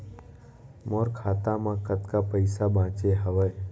मोर खाता मा कतका पइसा बांचे हवय?